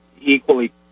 equally